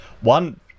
One